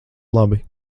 labi